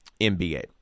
NBA